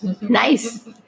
Nice